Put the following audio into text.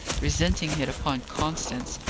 resenting it upon constance,